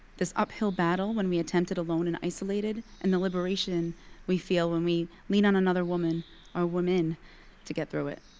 this uphill battle when we attempt it alone and isolated, and the liberation we feel when we lean on another woman or women to get through it.